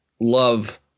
love